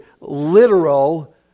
literal